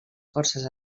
forces